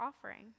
offering